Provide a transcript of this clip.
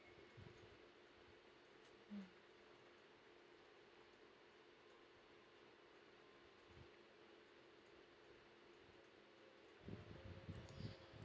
mm